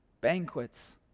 banquets